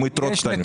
עם יתרות כאלה.